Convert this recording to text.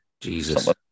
Jesus